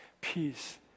peace